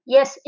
Yes